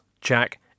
Jack